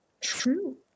True